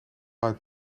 uit